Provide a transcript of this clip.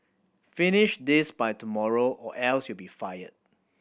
finish this by tomorrow or else you'll be fired